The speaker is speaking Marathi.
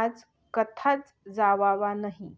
आज कथाच जावाव नही